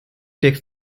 takes